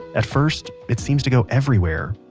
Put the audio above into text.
at first it seems to go everywhere,